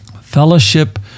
fellowship